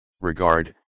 regard